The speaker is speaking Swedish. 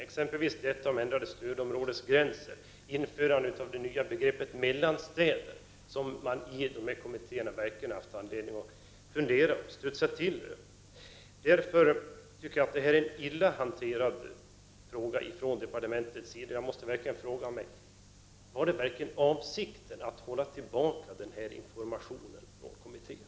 exempelvis frågan om ändrade stödområdesgränser och införande av begreppet mellanstäder, som kommittéerna verkligen hade haft anledning att fundera över. Jag tycker att frågan har hanterats illa från departementets sida. Jag måste fråga mig: Var avsikten att hålla tillbaka information från kommittén?